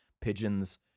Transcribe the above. pigeons